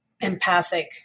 empathic